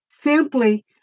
simply